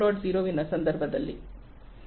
0 ವಿನ ಸಂದರ್ಭದಲ್ಲಿ